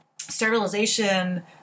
sterilization